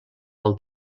del